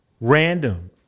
random